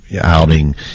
outing